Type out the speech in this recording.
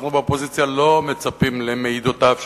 אנחנו באופוזיציה לא מצפים למעידותיו,